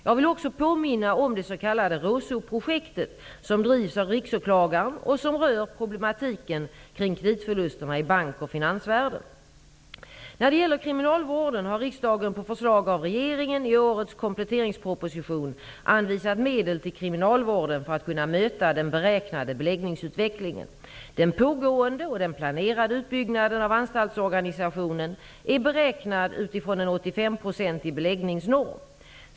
Jag vill också påminna om det s.k. RÅSOP projektet, som drivs av riksåklagaren och som rör problematiken kring kreditförlusterna i bank och finansvärlden. När det gäller kriminalvården har riksdagen, på förslag av regeringen i årets kompletteringsproposition, anvisat medel till kriminalvården för att kunna möta den beräknade beläggningsutvecklingen. Den pågående och den planerade utbyggnaden av anstaltsorganisationen är beräknad utifrån en 85-procentig beläggningsnorm.